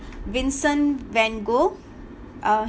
vincent van gogh uh